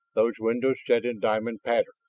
those windows set in diamond pattern.